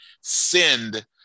send